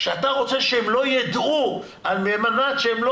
שאתה רוצה שהם לא ידעו על מנת שהם לא